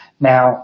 Now